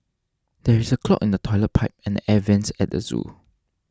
there is a clog in the Toilet Pipe and the Air Vents at the zoo